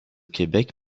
québec